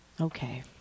Okay